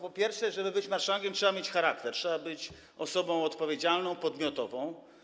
Po pierwsze, żeby być marszałkiem, trzeba mieć charakter, trzeba być osobą odpowiedzialną, podmiotową.